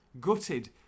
gutted